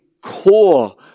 core